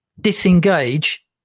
disengage